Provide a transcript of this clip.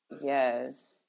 Yes